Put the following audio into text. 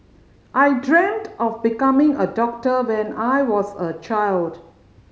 I dreamt of becoming a doctor when I was a child